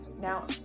Now